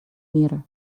мира